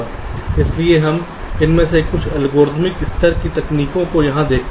इसलिए हम इनमें से कुछ एल्गोरिथ्मिक स्तर की तकनीकों को यहाँ देखते हैं